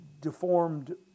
deformed